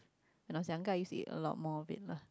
when I was younger I used to eat a lot more of it lah